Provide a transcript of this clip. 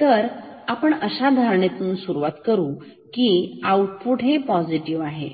तर आपण अशा धारणेतून सुरुवात करू की इथे आउटपुट पोसिटीव्ह आहे